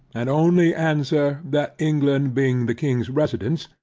and only answer, that england being the king's residence,